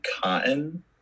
cotton